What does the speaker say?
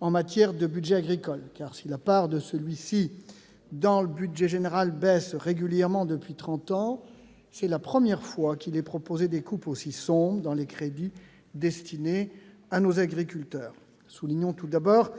en matière de budget agricole. Car, si sa part dans le budget général baisse régulièrement depuis trente ans, c'est la première fois qu'il est proposé des coupes claires aussi importantes dans les crédits destinés à nos agriculteurs. Soulignons tout d'abord